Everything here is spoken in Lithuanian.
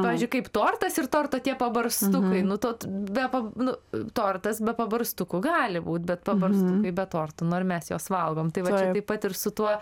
pavyzdžiui kaip tortas ir torto tie pabarstukai nu to be pa nu tortas be pabarstukų gali būt bet pabarstukai be torto nu mes juos valgom tai va čia taip pat ir su tuo